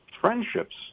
Friendships